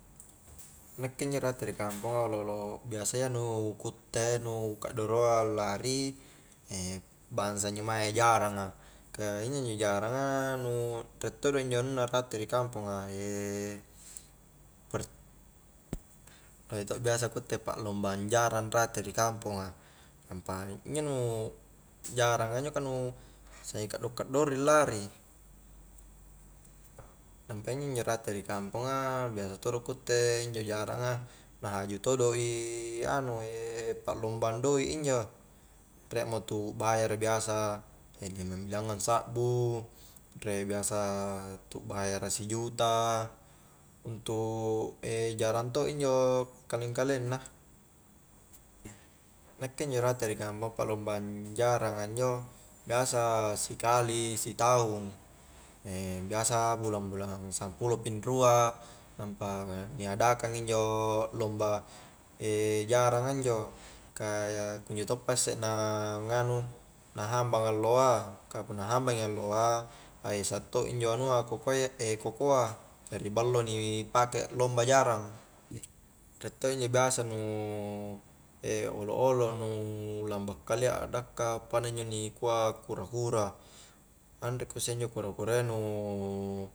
Nakke injo rate ri kamponga olo'-olo' nu biasa iya nu ku utte nu kaddoroa lari bangsa injo mae jaranga ka injo-injo jaranga nu riek todo injo anunna rate ri kamponga lohe to' biasa ku utte pa'lombang jarang rate ri kamponga nampa injo nu jaranga injo ka nu sangi kaddo-kaddori lari nampa injo-injo rate ri kamponga biasa todo ku utte injo jaranganga na haju todo' i anu pallumbang doi injo reik mo tu bayara biasa limang bilanggang sakbu riek biasa tu bayara sijuta untu' jarang to' injo kaleng-kaleng na nakke injo rate ri kamponga pa'lombang jaranga injo biasa sikali si taung biasa bulang-bulang sampulo pi rua nampa ni adakang injo lomba jaranga injo ka kunjo toppa isse na nganu na hambang alloa ka punna hambangi alloa a esak to injo anua kokoa jari ballo ni pake aklomba jarang riek to' injo biasa olo'olo' nu lamba kalia addaka pada injo nikua kura-kura, anre ku usseinjo kura-kurayya nu